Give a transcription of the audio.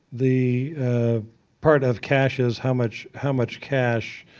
the ah part of cash is how much how much cash